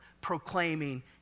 proclaiming